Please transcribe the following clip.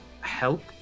help